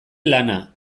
lana